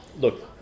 look